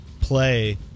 play